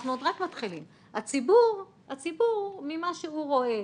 הציבור ממה שהוא רואה,